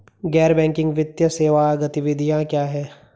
गैर बैंकिंग वित्तीय सेवा गतिविधियाँ क्या हैं?